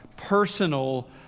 personal